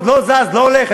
זה לא הולך,